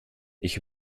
ich